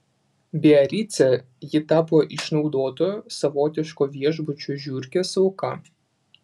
biarice ji tapo išnaudotojo savotiško viešbučio žiurkės auka